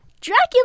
dracula